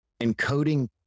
encoding